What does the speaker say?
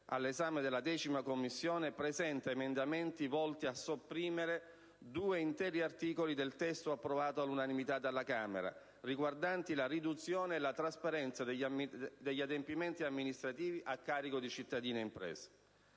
imprese nella 10a Commissione permanente, presenti emendamenti volti a sopprimere due interi articoli del testo approvato all'unanimità dalla Camera dei deputati, riguardanti la riduzione e la trasparenza degli adempimenti amministrativi a carico di cittadini e imprese.